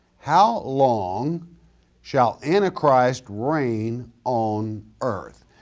how long shall antichrist reign on earth?